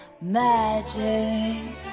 magic